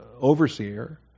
overseer